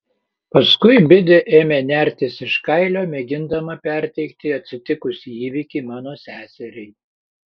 paskui bidė ėmė nertis iš kailio mėgindama perteikti atsitikusį įvykį mano seseriai